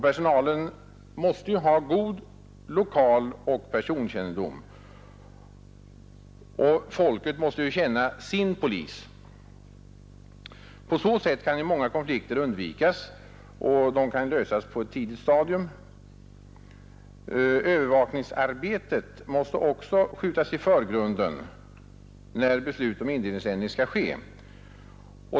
Personalen måste ha en god lokaloch personkännedom och folket måste känna sin polis. På så sätt kan många konflikter undvikas eller lösas på ett tidigt stadium. Övervakningsarbetet måste också skjutas i förgrunden när beslut om indelningsändring skall ske.